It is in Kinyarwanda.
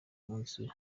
munsi